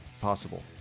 Possible